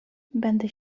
będę